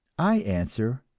i answer,